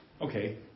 Okay